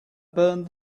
burned